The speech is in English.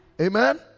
Amen